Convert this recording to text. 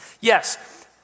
Yes